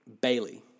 Bailey